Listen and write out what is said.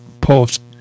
post